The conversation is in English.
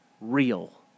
real